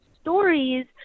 stories